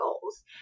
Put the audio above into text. goals